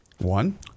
One